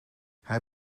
hij